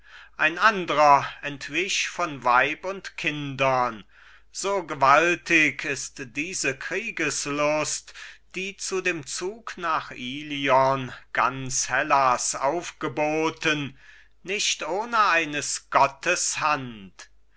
ein andrer entwich von weib und kindern so gewaltig ist diese kriegeslust die zu dem zug nach ilion ganz hellas aufgeboten nicht ohne eines gottes hand